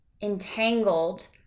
entangled